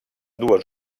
dues